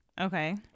okay